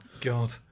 God